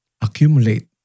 accumulate